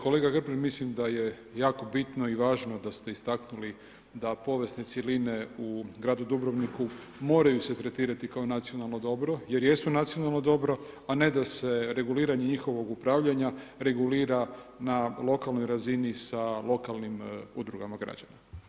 Kolega Grbin, mislim da je jako bitno i važno da ste istaknuli da povijesne cjeline u gradu Dubrovniku, moraju se t tretirati kao nacionalno dobro, jer jesu nacionalno dobro, a ne da se reguliranje njihovog upravljanja, regulira na lokalnoj razini sa lokalnim udrugama građanima.